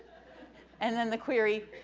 and then the query,